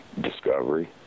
discovery